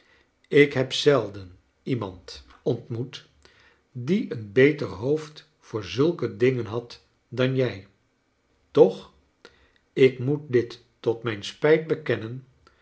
ik heb zelden iemand ontmoet die een beter hoofd voor zulke dingen had dan jij toch ik moet dit tot mijn spijt bekennen